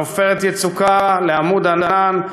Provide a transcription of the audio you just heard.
מ"עופרת יצוקה" ל"עמוד ענן",